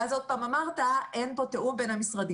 ואז עוד פעם אמרת: אין פה תיאום בין המשרדים.